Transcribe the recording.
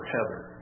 Heather